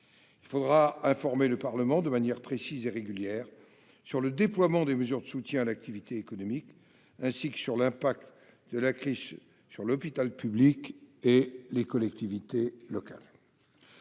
Il faudra informer le Parlement, de manière précise et régulière, sur le déploiement des mesures de soutien à l'activité économique, ainsi que sur l'impact de la crise sur l'hôpital public et les collectivités locales.